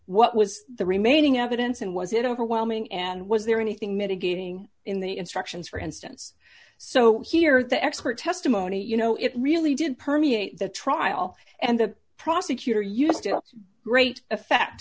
what was the remaining evidence and was it overwhelming and was there anything mitigating in the instructions for instance so here the expert testimony you know it really did permeate the trial and the prosecutor you still great